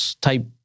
type